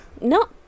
No